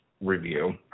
review